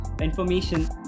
information